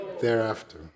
thereafter